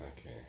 okay